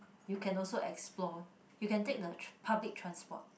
you can also explore you can take the public transport